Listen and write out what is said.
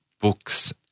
books